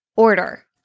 order